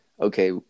okay